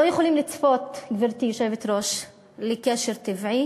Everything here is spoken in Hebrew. לא יכולים לצפות, גברתי היושבת-ראש, לקשר טבעי